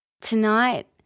Tonight